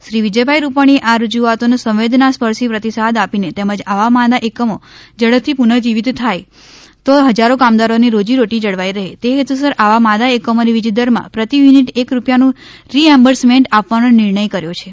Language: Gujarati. શ્રી વિજયભાઇરૂપાણીએ આ રજુઆતોનો સંવેદનાસ્પર્શી પ્રતિસાદ આપીને તેમજ આવા માંદા એકમો ઝડપથીપૂનઃજીવીત થાય તો હજારો કામદારોની રોજીરોટી જળવાઇ રહે તે હેતુસર આવા માંદા એકમોને વીજદરમાં પ્રતિ યુનિટ એક રૂપિયાનું રિએમ્બર્સમેન્ટ આપવાનો નિર્ણય કર્યો છે